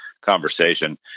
conversation